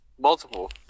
Multiple